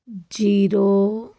zero